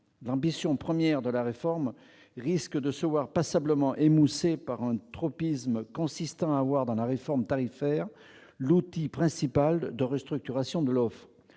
L'ambition première de la réforme risque de se voir passablement émoussée par un tropisme [...] consistant à voir dans la réforme tarifaire l'outil principal de restructuration de l'offre.